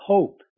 Hope